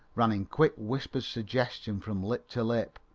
ran in quick, whispered suggestion from lip to lip,